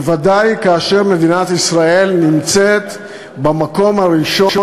בוודאי כאשר מדינת ישראל נמצאת במקום הראשון